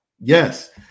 Yes